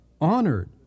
honored